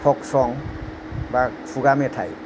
folk सं बा खुगा मेथाइ